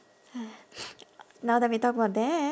now that we talked about that